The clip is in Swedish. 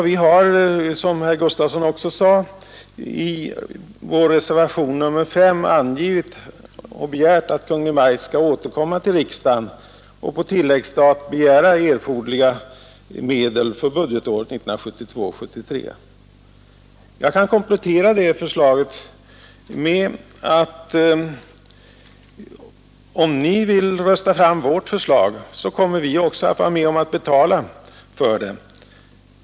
Vi har, som herr Gustavsson också sade, i vår reservation nr 5 begärt att Kungl. Maj:t skall återkomma till riksdagen och på tilläggsstat begära erforderliga medel för budgetåret 1972/73. Jag kan komplettera det förslaget med att om ni vill rösta fram vårt förslag så kommer vi också att vara med om att betala för det.